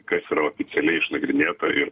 kas yra oficialiai išnagrinėta ir